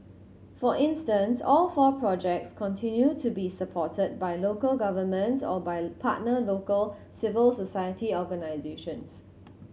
for instance all four projects continue to be supported by local governments or by partner local civil society organisations